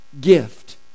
gift